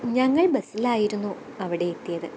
ഞങ്ങള് ബസ്സിലായിരുന്നു അവിടെ എത്തിയത്